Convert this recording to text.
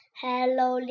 hello